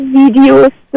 videos